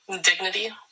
dignity